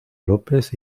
lópez